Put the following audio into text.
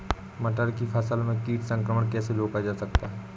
मटर की फसल में कीट संक्रमण कैसे रोका जा सकता है?